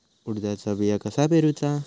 उडदाचा बिया कसा पेरूचा?